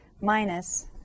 minus